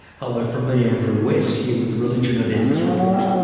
hello from me, andrew west, here with the religion and ethics report.